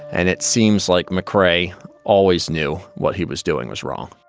and it seems like mcrae always knew what he was doing was wrong